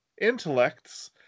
intellects